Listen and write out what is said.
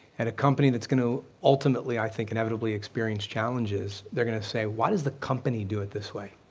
and a company that's going to ultimately, i think, inevitably experience challenges, they're gonna say why does the company do it this way?